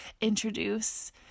introduce